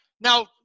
now